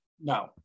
No